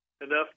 enough